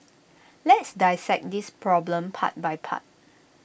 let's dissect this problem part by part